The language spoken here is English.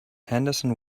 henderson